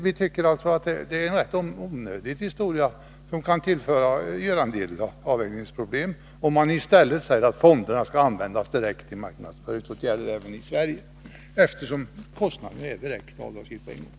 Vi tycker därför att det vore en rätt onödig åtgärd, som kan medföra en hel del avvägningsproblem, att bestämma att medlen i fonderna direkt kan användas för marknadsföringsåtgärder även i Sverige, eftersom kostnaderna är omedelbart avdragsgilla vid taxeringen.